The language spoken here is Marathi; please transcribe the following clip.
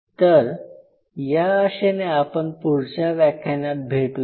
तर या आशेने आपण पुढच्या व्याख्यानात भेटूया